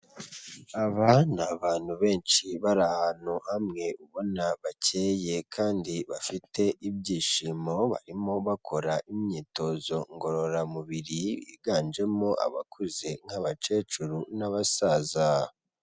Aba ni abantu benshi bari ahantu hamwe ubona bake kandi bafite ibyishimo barimo bakora imyitozo ngororamubiri biganjemo abakuze nk'abakecuru n'abasaza.